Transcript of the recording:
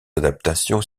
adaptations